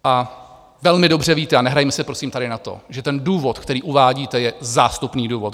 A velmi dobře víte a nehrajme si, prosím, tady na to že důvod, který uvádíte, je zástupný důvod.